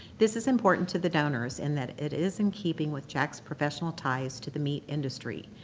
this is important to the donors in that it is in keeping with jack's professional ties to the meat industry.